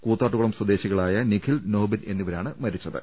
കൂത്താട്ടുകുളം സ്വദേശികളായ നിഖിൽ നോബിൻ എന്നിവരാണ് മരിച്ചത്